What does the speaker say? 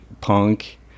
punk